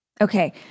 Okay